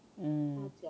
mm